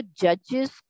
judges